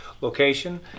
location